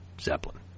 Zeppelin